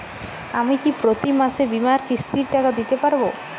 আমি কি প্রতি মাসে বীমার কিস্তির টাকা দিতে পারবো?